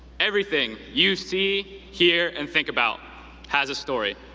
everything you see, hear, and think about has a story.